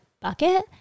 bucket